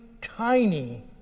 tiny